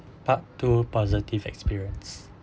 part two positive experience